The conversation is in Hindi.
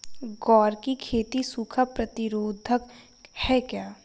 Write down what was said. ग्वार की खेती सूखा प्रतीरोधक है क्या?